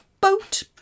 boat